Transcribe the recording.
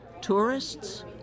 Tourists